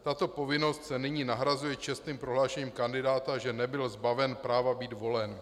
Tato povinnost se nyní nahrazuje čestným prohlášením kandidáta, že nebyl zbaven práva být volen.